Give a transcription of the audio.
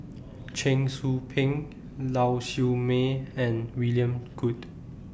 Cheong Soo Pieng Lau Siew Mei and William Goode